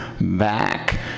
back